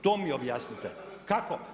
To mi objasnite, kako?